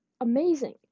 amazing